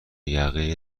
یقه